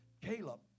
Caleb